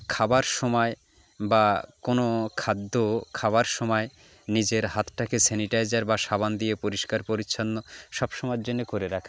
খাবার সময় বা কোনো খাদ্য খাবার সমায় নিজের হাতটাকে স্যানিটাইজার বা সাবান দিয়ে পরিষ্কার পরিচ্ছন্ন সব সময়ের জন্যে করে রাখা